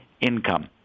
income